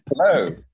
Hello